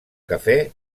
cafè